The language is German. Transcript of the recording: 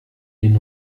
den